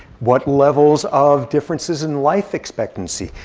what levels of differences in life expectancy?